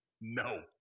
No